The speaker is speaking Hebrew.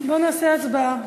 בואו ונעשה הצבעה.